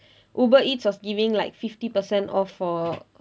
uber eats was giving like fifty percent off for